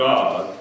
God